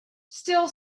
still